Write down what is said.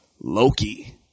loki